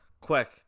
Quick